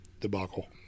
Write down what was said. debacle